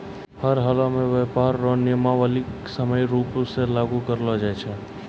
हर हालमे व्यापार रो नियमावली समान रूप से लागू करलो जाय छै